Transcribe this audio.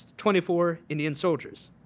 twenty four indian soldiers.